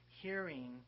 hearing